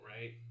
right